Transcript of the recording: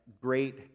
great